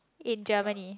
in Germany